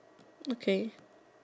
okay